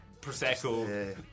Prosecco